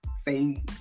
say